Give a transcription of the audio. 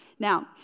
Now